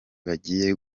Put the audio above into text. bagiye